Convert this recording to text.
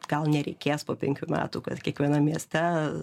gal nereikės po penkių metų kad kiekvienam mieste